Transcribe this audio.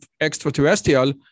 extraterrestrial